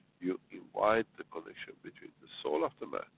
you invite the connection between the soul of the man